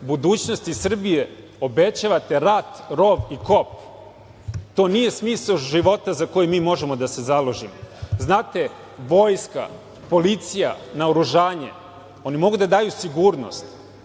budućnosti Srbije obećavate rat, rov i kop. To nije smisao života za koji mi možemo da se založimo. Znate, vojska, policija, naoružanje, oni mogu da daju sigurnost,